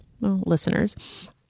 listeners